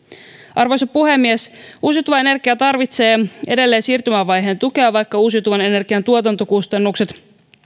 arvoisa puhemies uusiutuva energia tarvitsee edelleen siirtymävaiheen tukea vaikka uusiutuvan energian tuotantokustannukset